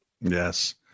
Yes